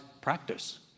practice